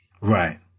Right